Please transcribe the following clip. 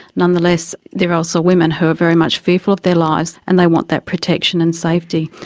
nonetheless, there are also women who are very much fearful of their lives and they want that protection and safety.